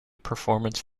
performance